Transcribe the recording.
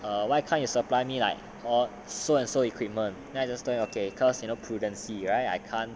err why can't you supply me like so and so equipment then I just tell him okay cause you know prudendency right I can't